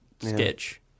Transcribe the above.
sketch